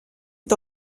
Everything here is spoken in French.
est